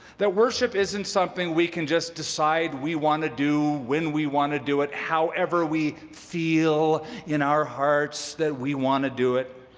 that worship isn't something we can just decide we want to do, when we want to do it, however we feel in our hearts that we want to do it.